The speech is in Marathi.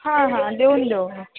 हां हां देऊन देऊ